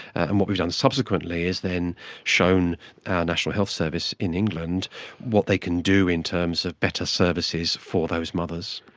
and what we've done subsequently is then shown our national health service in england what they can do in terms of better services for those mothers.